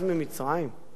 הרי לא, כי זו חלופה.